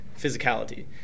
physicality